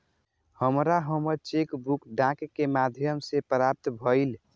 हमरा हमर cheque book डाक के माध्यम से प्राप्त भईल